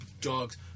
dogs